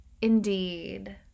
indeed